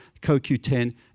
CoQ10